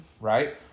Right